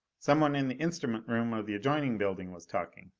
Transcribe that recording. someone in the instrument room of the adjoining building was talking.